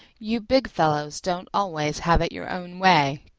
you big fellows don't always have it your own way,